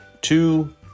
two